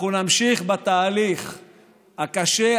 אנחנו נמשיך בתהליך הקשה,